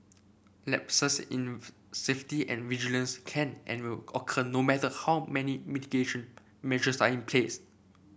lapses in safety and vigilance can and will occur no matter how many mitigation measures are in place